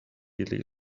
lethal